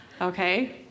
Okay